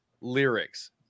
lyrics